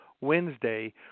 Wednesday